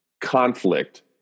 conflict